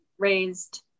raised